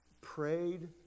prayed